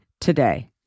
today